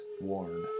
worn